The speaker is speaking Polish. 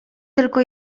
tylko